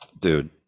Dude